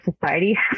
society